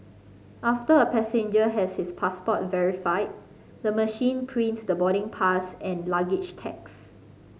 after a passenger has his passport verified the machine prints the boarding pass and luggage tags